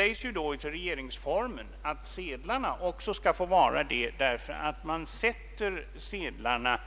I regeringsformen står att sedlarna också skall få vara det, eftersom man sätter dem